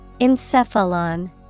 Encephalon